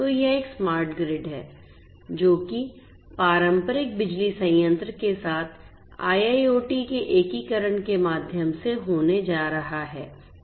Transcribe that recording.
तो यह एक स्मार्ट ग्रिड है जो कि पारंपरिक बिजली संयंत्र के साथ IIoT के एकीकरण के माध्यम से होने जा रहा है